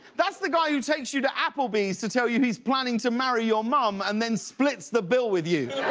that's the guy who takes you to applebee's to tell you he's planning to marry your mom. and then splits the bill with you.